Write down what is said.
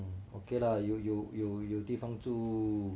okay lah 有有有有地方住